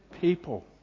people